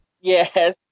Yes